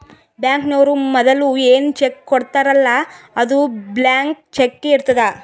ಬ್ಯಾಂಕ್ನವ್ರು ಮದುಲ ಏನ್ ಚೆಕ್ ಕೊಡ್ತಾರ್ಲ್ಲಾ ಅದು ಬ್ಲ್ಯಾಂಕ್ ಚಕ್ಕೇ ಇರ್ತುದ್